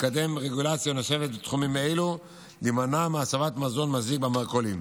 לקדם רגולציה נוספת בתחומים אלה: להימנע מהצבת מזון מזיק במרכולים